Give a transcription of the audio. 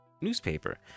newspaper